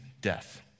death